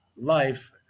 life